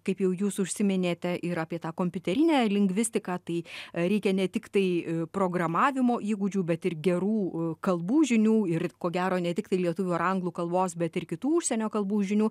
kaip jau jūs užsiminėte ir apie tą kompiuterinę lingvistiką tai reikia ne tiktai programavimo įgūdžių bet ir gerų kalbų žinių ir ko gero ne tiktai lietuvių ar anglų kalbos bet ir kitų užsienio kalbų žinių